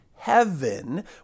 Heaven